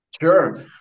Sure